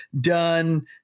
done